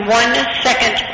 one-second